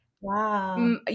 Wow